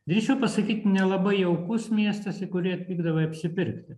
drįsčiau pasakyt nelabai jaukus miestas į kurį atvykdavai apsipirkti